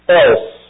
else